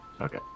Okay